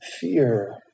fear